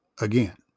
again